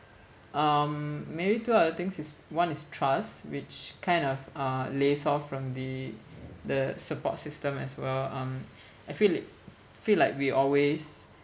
um maybe two other things is one is trust which kind of uh lays off from the the support system as well um I feel it feel like we always